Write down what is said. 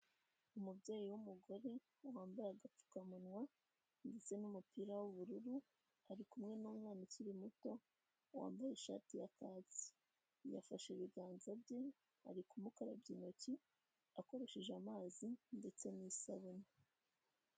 Umubyeyi w'umugore wambaye agapfukamunwa, ndetse n'umupira w'ubururu, ari kumwe n'umwana ukiri muto, wambaye ishati ya kaki, yafashe ibiganza bye ari kumukarabya intoki, akoresheje amazi ndetse n'isabune.